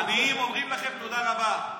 העניים אומרים לכם תודה רבה.